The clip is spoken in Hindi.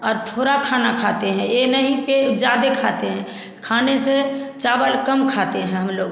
और थोड़ा खाना खाते हैं ये नहीं की ज्यादा खाते हैं खाने से चावल कम खाते हैं हम लोग